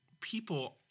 people